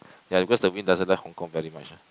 ya because the wind doesn't like Hong-Kong very much ah